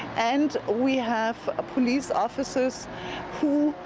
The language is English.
and we have ah police officers who